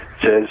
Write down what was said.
says